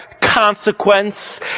consequence